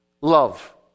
love